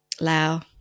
Lao